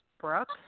Brooke